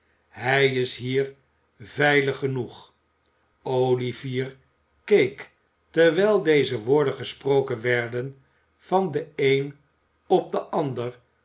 hij is hier veilig genoeg olivier keek terwijl deze woorden gesproken werden van den een op den ander